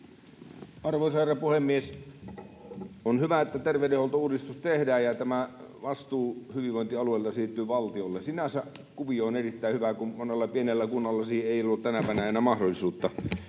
Arvoisa herra puhemies! On hyvä, että terveydenhuoltouudistus tehdään ja tämä vastuu hyvinvointialueista siirtyy valtiolle. Sinänsä kuvio on erittäin hyvä, kun monella pienellä kunnalla siihen ei ole ollut tänä päivänä enää mahdollisuutta.